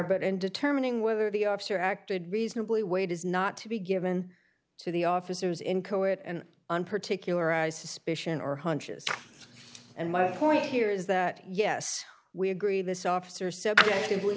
but in determining whether the officer acted reasonably weight is not to be given to the officers in kohut and on particular i suspicion or hunches and my point here is that yes we agree this officer s